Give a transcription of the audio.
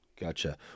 Gotcha